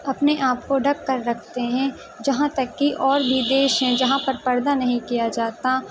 اپنے آپ کو ڈھک کر رکھتے ہیں جہاں تک کہ اور بھی دیش ہیں جہاں پر پردہ نہیں کیا جاتا